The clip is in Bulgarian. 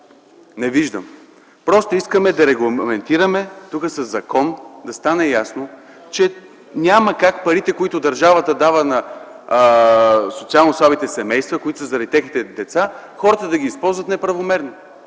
Не виждам! Просто искаме да регламентираме със закон и да стане ясно, че няма как парите, които държавата дава на социално слабите семейства заради техните деца, хората да ги използват неправомерно.